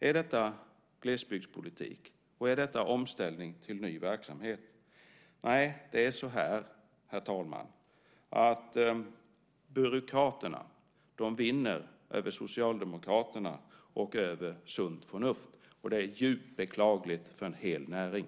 Är detta glesbygdspolitik? Är detta omställning till ny verksamhet? Nej, byråkraterna vinner över Socialdemokraterna och över sunt förnuft. Och det är djupt beklagligt för en hel näring.